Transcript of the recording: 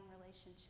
relationship